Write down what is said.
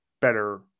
better